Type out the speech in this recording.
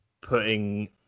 putting